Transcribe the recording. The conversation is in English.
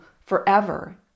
forever